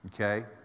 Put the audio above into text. Okay